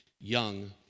young